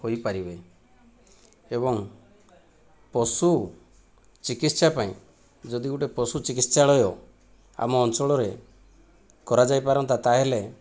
ହୋଇପାରିବେ ଏବଂ ପଶୁ ଚିକିତ୍ସା ପାଇଁ ଯଦି ଗୋଟିଏ ପଶୁ ଚିକିତ୍ସାଳୟ ଆମ ଅଞ୍ଚଳରେ କରାଯାଇପାରନ୍ତା ତା'ହେଲେ